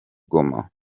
goma